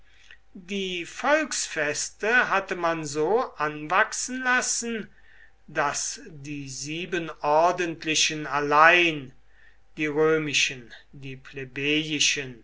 die volksfeste hatte man so anwachsen lassen daß die sieben ordentlichen allein die römischen die